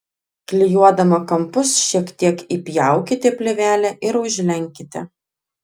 klijuodama kampus šiek tiek įpjaukite plėvelę ir užlenkite